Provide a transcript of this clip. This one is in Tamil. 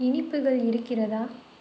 இனிப்புகள் இருக்கிறதா